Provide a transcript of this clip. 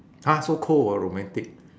!huh! so cold ah romantic